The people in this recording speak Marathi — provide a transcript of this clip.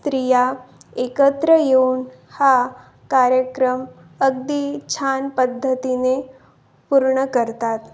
स्त्रिया एकत्र येऊन हा कार्यक्रम अगदी छान पद्धतीने पूर्ण करतात